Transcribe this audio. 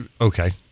Okay